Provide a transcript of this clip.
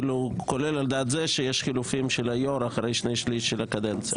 כולל על דעת זה שיש חילופים של היו"ר אחרי שני שליש של הקדנציה.